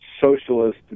socialist